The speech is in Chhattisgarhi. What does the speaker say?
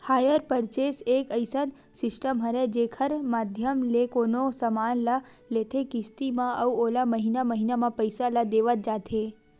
हायर परचेंस एक अइसन सिस्टम हरय जेखर माधियम ले कोनो समान ल लेथे किस्ती म अउ ओला महिना महिना म पइसा ल देवत जाथे